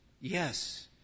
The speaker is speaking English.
yes